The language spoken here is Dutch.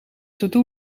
todo